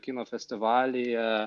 kino festivalyje